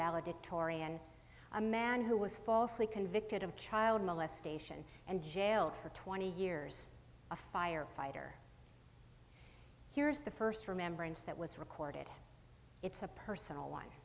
valedictorian a man who was falsely convicted of child molestation and jailed for twenty years a firefighter here's the first remembrance that was recorded it's a personal one